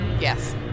Yes